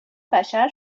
بشر